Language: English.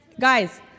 Guys